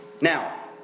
Now